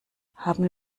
haben